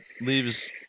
leaves